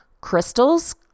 crystals